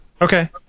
Okay